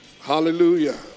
Hallelujah